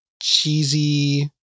Cheesy